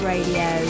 Radio